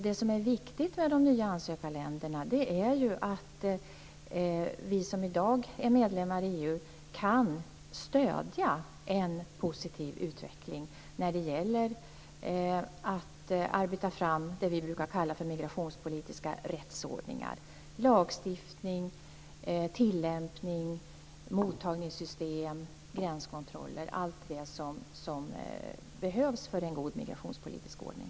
Det är viktigt för de nya ansökarländerna att vi som i dag är medlemmar i EU kan stödja en positiv utveckling när det gäller att arbeta fram det vi brukar kalla för migrationspolitiska rättsordningar. Det handlar om lagstiftning, tillämpning, mottagningssystem och gränskontroller, dvs. allt det som behövs för en god migrationspolitisk ordning.